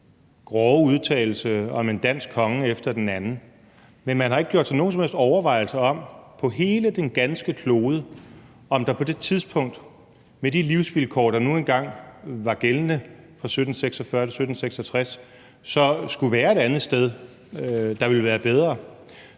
grove udtalelse om en dansk konge efter den anden, uden man har gjort sig nogen som helst overvejelser om, hvorvidt der på hele den ganske klode på det tidspunkt med de livsvilkår, der nu engang var gældende fra 1746-1766, skulle være et andet sted, der ville være bedre,